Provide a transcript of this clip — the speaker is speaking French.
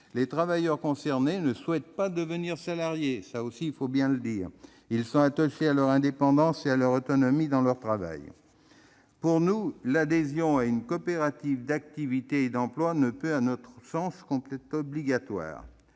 Les travailleurs concernés ne souhaitent pas devenir salariés- il faut le dire ! Ils sont attachés à leur indépendance et à leur autonomie dans leur travail. L'adhésion à une coopérative d'activité et d'emploi ne peut, à notre sens, être obligatoire.